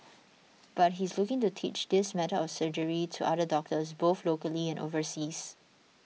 but he's looking to teach this method of surgery to other doctors both locally and overseas